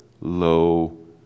low